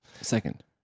Second